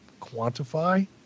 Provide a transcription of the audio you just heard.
quantify